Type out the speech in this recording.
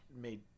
made